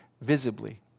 visibly